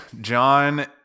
John